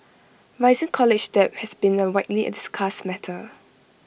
rising college debt has been A widely discussed matter